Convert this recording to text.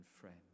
friends